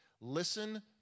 Listen